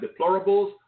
deplorables